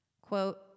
quote